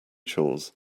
chores